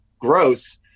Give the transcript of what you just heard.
gross